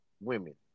women